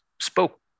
spoke